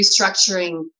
restructuring